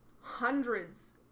hundreds